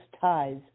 ties